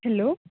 hello